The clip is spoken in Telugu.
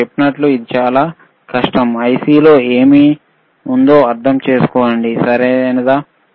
నేను చెప్పినట్లు ఇది చాలా కష్టం IC లో ఏమి ఉందో అర్థం చేసుకోండి సరియైనదా